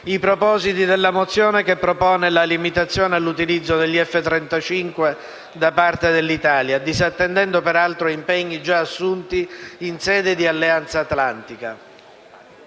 i propositi della mozione che propone la limitazione all'utilizzo degli F-35 da parte dell'Italia, disattendendo, peraltro, ad impegni già assunti in sede di Alleanza atlantica.